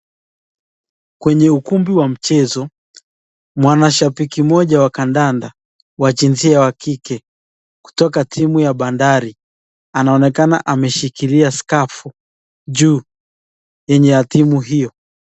Kwenye ukumbi wa mchezo, mwanashabiki mmoja wa kandanda wa jinsia wa kike kutoka timu ya bandari anaonekana ameshikilia skafu juu yenye hatimu hiyo.